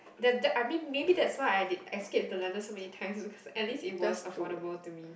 that that I mean maybe that's why I did escape to London so many times is because at least it was affordable to me